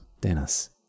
Dennis